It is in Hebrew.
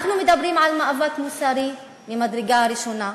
אנחנו מדברים על מאבק מוסרי ממדרגה ראשונה,